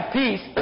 peace